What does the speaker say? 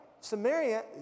Samaria